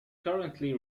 currently